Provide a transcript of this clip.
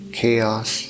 chaos